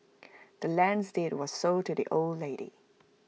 the land's deed was sold to the old lady